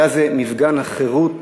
היה זה מפגן החירות